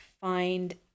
find